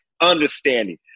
understanding